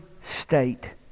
state